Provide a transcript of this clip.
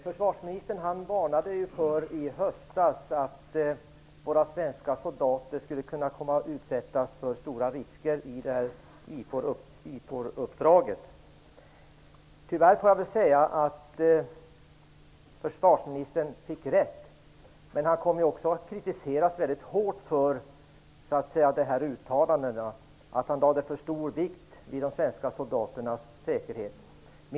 Fru talman! Jag har en fråga till försvarsministern. Försvarsministern varnade i höstas för att våra svenska soldater skulle kunna komma att utsättas för stora risker i samband med IFOR-uppdraget. Tyvärr, får jag säga, fick försvarsministern rätt. Men han kom också att kritiseras väldigt hårt för dessa uttalanden och för att han lade för stor vikt vid de svenska soldaternas säkerhet.